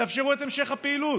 תאפשרו את המשך הפעילות.